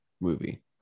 movie